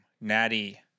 Natty